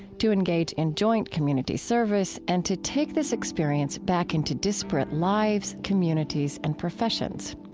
to engage in joint community service, and to take this experience back into disparate lives, communities, and professions.